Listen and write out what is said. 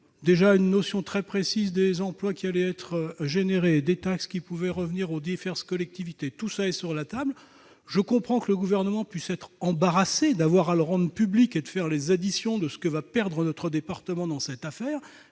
une notion très précise des emplois qui allaient être créés et des taxes qui pouvaient revenir aux diverses collectivités. Tout cela est sur la table ! Je comprends que le Gouvernement puisse être embarrassé d'avoir à rendre ces éléments publics et de faire les additions correspondant à ce que perdra notre département dans cette affaire.